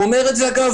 הוא אומר את זה מ-2017,